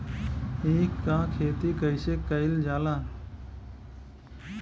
ईख क खेती कइसे कइल जाला?